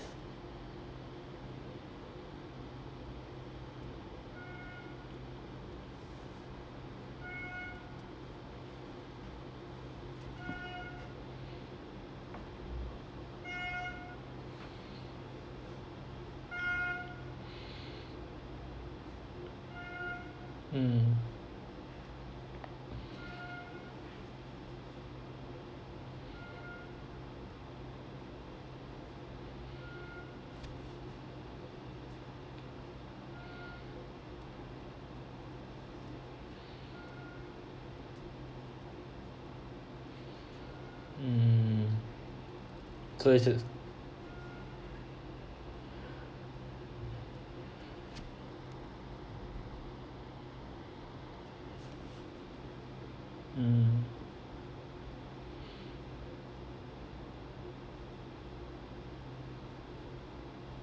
mm mm mm